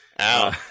Ow